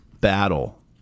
battle